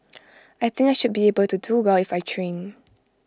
I think I should be able to do well if I train